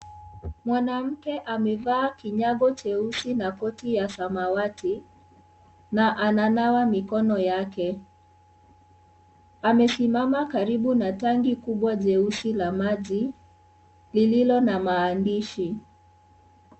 Mwanamke amevaa kinyago jeusi na koti ya samawati na ananawa mikono yake. Amesimama karibu na tangi kubwa jeusi la maji lililo na maandishi.